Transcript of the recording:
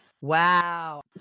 Wow